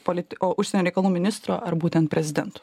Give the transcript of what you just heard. polit o užsienio reikalų ministro ar būtent prezidentu